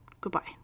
Goodbye